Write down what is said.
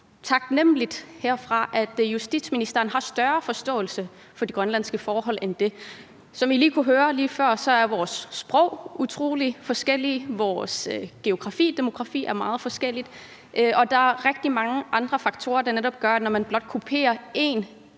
taknemmelighed, at justitsministeren har større forståelse for de grønlandske forhold end det. Som I kunne høre lige før, er vores sprog utrolig forskellige, vores geografi og demografi er meget forskellig, og der er rigtig mange andre faktorer, der netop gør, at når man blot kopierer et